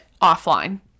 offline